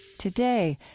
today,